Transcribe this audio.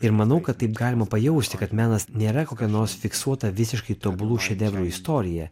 ir manau kad taip galima pajausti kad melas nėra kokia nors fiksuota visiškai tobulų šedevrų istorija